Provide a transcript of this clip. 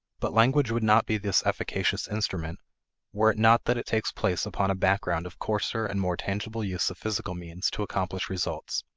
but language would not be this efficacious instrument were it not that it takes place upon a background of coarser and more tangible use of physical means to accomplish results.